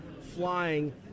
flying